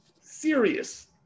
serious